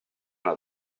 elle